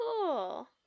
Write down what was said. cool